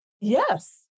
Yes